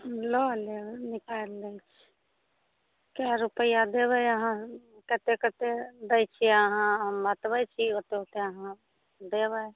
लऽ लेब अच्छा निकालि दै छी कए रुपैआ देबै अहाँ कतेक कतेक दै छिए अहाँ हम बतबै छी ओतेक अहाँ देबै